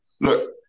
look